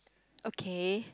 okay